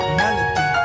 melody